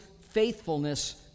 faithfulness